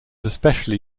especially